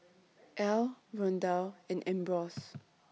Ely Rondal and Ambrose